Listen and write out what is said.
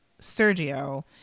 Sergio